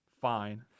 Fine